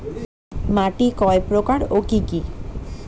মাটি কয় প্রকার ও কি কি?